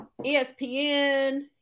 ESPN